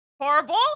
horrible